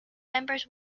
members